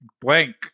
blank